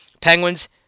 Penguins